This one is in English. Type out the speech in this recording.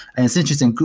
and it's interesting,